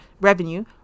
revenue